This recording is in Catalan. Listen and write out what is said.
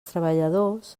treballadors